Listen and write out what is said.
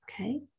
Okay